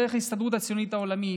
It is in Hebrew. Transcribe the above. דרך ההסתדרות הציונית העולמית,